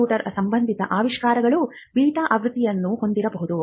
computer ಸಂಬಂಧಿತ ಆವಿಷ್ಕಾರಗಳು beta ಆವೃತ್ತಿಯನ್ನು ಹೊಂದಿರಬಹುದು